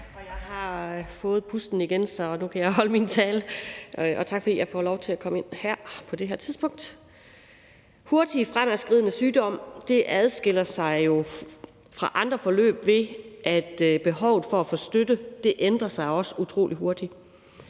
Jeg har fået pusten igen, så nu kan jeg holde min tale. Og tak, fordi jeg får lov til at komme ind her på det her tidspunkt. Hurtigt fremadskridende sygdom adskiller sig jo fra andre forløb ved, at behovet for at få støtte også ændrer sig utrolig hurtigt.